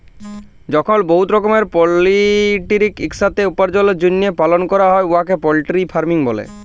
যখল বহুত রকমের পলটিরিকে ইকসাথে উপার্জলের জ্যনহে পালল ক্যরা হ্যয় উয়াকে পলটিরি ফার্মিং ব্যলে